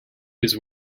his